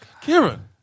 Kieran